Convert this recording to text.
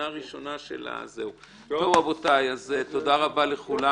תודה רבה לכולם.